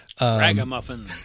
Ragamuffin